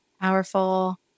Powerful